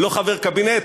לא חבר קבינט,